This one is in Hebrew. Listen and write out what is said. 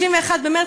31 במרס,